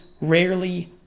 rarely